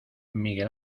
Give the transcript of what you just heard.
miguel